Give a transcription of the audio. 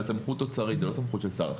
זאת סמכות אוצרית לא סמכות של שר החינוך.